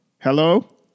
Hello